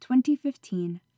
2015